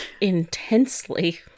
Intensely